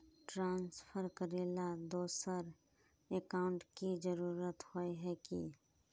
Transfer करेला दोसर account की जरुरत होय है की?